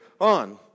on